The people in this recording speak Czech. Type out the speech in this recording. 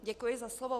Děkuji za slovo.